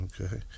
Okay